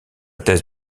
thèse